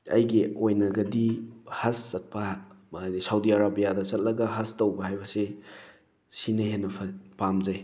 ꯑꯩꯒꯤ ꯑꯣꯏꯅꯒꯗꯤ ꯍꯖ ꯆꯠꯄ ꯁꯥꯎꯗꯤ ꯑꯥꯔꯕꯤꯌꯥꯗ ꯆꯠꯂꯒ ꯍꯖ ꯇꯧꯕ ꯍꯥꯏꯕꯁꯤ ꯁꯤꯅ ꯍꯦꯟꯅ ꯄꯥꯝꯖꯩ